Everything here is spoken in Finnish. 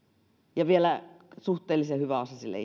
ja vielä suhteellisen hyväosaisille